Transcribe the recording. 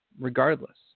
regardless